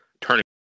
turning